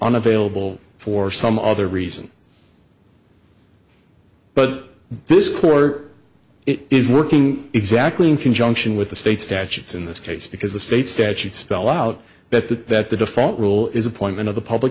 unavailable for some other reason but this court is working exactly in conjunction with the state statutes in this case because the state statutes spell out that the default rule is appointment of the public